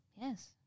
Yes